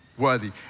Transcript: worthy